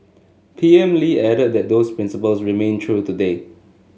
P M Lee added that those principles remain true today